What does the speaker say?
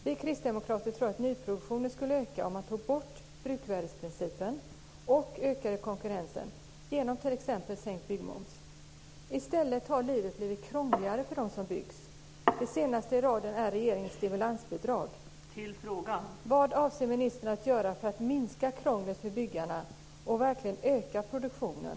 Vi kristdemokrater tror att nyproduktionen skulle öka om man tog bort bruksvärdesprincipen och ökade konkurrensen genom t.ex. en sänkt byggmoms. I stället har livet blivit krångligare för dem som bygger. Det senaste i raden är regeringens stimulansbidrag. Vad avser ministern att göra för att minska krånglet för byggarna och verkligen öka produktionen?